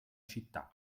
città